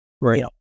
right